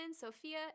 Sophia